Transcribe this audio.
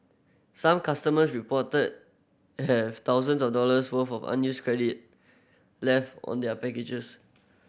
some customers reported have thousands of dollars worth of unused credit left on their packages